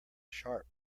sharp